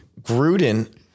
Gruden